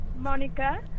Monica